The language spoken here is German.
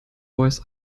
voice